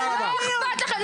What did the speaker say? לא אכפת לכם,